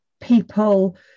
people